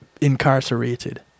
incarcerated